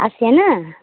आसियाना